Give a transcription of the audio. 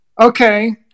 Okay